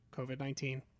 COVID-19